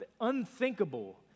unthinkable